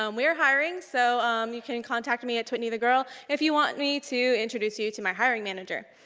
um we're hiring, so um you can contact me twitnithegirl, if you want me to introduce you to my hiring manager.